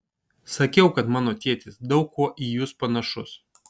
sakiau kad mano tėtis daug kuo į jus panašus